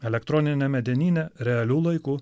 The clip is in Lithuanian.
elektroniniame dienyne realiu laiku